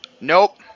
Nope